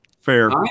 Fair